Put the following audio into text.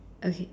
okay